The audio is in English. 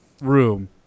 room